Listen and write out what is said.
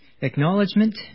acknowledgement